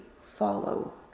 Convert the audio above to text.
follow